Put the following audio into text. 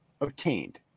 obtained